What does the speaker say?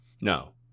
No